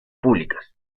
públicas